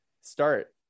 start